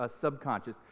subconscious